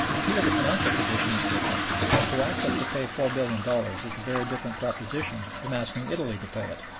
here the financial position is different, since to ask us to pay four billion dollars is a very different proposition from asking italy to pay it.